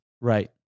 Right